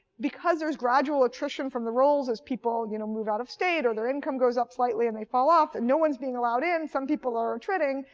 because there's gradual attrition from the roles as people you know move out of state or their income goes up slightly and they fall off and no one is being allowed in, some people are attriting,